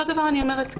אותו דבר כאן.